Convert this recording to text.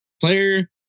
player